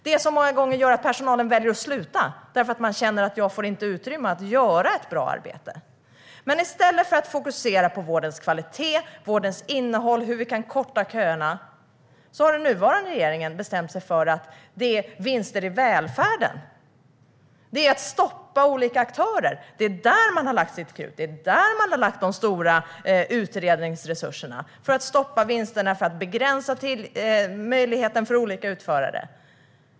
Det som många gånger gör att personalen väljer att sluta är att man känner att man inte får utrymme att göra ett bra arbete. Men i stället för att fokusera på vårdens kvalitet, vårdens innehåll och hur vi kan korta köerna har den nuvarande regeringen bestämt sig för att lägga sitt krut på vinster i välfärden och att stoppa olika aktörer. Man har använt stora utredningsresurser för att stoppa vinsterna och begränsa möjligheten för olika utförare.